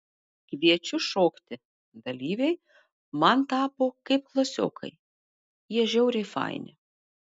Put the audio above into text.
kviečiu šokti dalyviai man tapo kaip klasiokai jie žiauriai faini